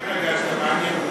כבוד היושב-ראש, למה התנגדת?